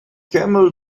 camel